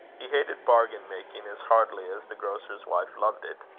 he hated bargain-making as heartily as the grocer's wife loved it.